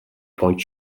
point